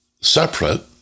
separate